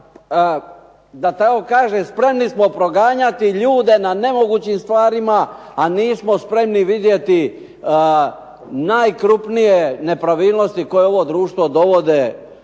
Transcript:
da tako kažem spremni smo proganjati ljude na nemogućim stvarima, a nismo spremni vidjeti najkrupnije nepravilnosti koje ovo društvo dovode u